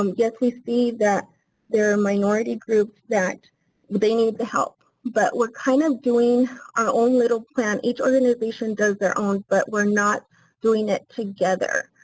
um yes, we see that there are minority groups that they need the help, but we're kind of doing our own little plan. each organization does their own, but we're not doing it together.